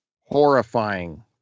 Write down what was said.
horrifying